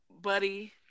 buddy